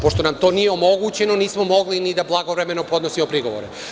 Pošto nam to nije omogućeno, nismo mogli ni da blagovremeno podnosimo prigovore.